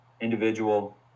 individual